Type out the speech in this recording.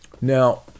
Now